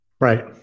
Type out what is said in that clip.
Right